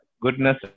goodness